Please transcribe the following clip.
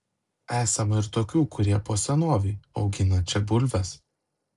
esama ir tokių kurie po senovei augina čia bulves